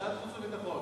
חוץ וביטחון.